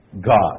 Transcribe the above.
God